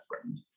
friend